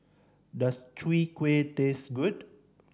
does Chwee Kueh taste good